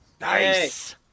Nice